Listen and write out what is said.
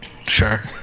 Sure